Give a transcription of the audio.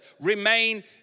remain